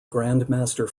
grandmaster